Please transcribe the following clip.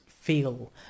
feel